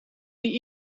die